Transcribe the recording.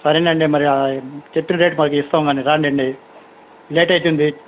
సరేనండి మరి చెప్పిన రేట్ మాకు ఇస్తాం కాని రాండండి లేట్ అవుతుంది